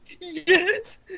yes